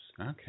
Okay